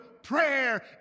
prayer